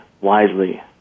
wisely